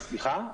אז הצריכה יורדת.